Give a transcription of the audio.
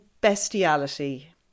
bestiality